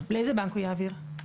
לאיזה בנק הוא יעביר?